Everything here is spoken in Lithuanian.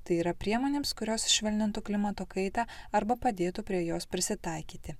tai yra priemonėms kurios švelnintų klimato kaitą arba padėtų prie jos prisitaikyti